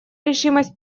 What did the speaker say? решимость